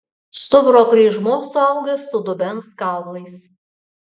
stuburo kryžmuo suaugęs su dubens kaulais